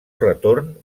retorn